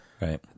Right